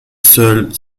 seules